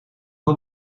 van